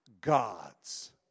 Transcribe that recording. gods